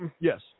yes